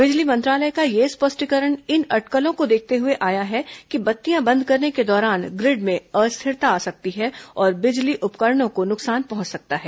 बिजली मंत्रालय का यह स्पष्टीकरण इन अटकलों को देखते हुए आया है कि बत्तियां बंद करने के दौरान ग्रिड में अस्थिरता आ सकती है और बिजली उपकरणों को नुकसान पहुंच सकता है